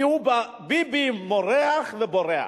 כי ביבי מורח ובורח.